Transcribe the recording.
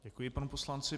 Děkuji panu poslanci.